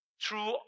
True